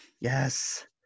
Yes